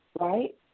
right